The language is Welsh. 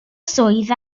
swydd